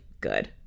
good